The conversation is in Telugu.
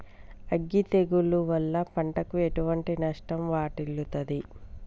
అగ్గి తెగులు వల్ల పంటకు ఎటువంటి నష్టం వాటిల్లుతది?